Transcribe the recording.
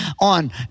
on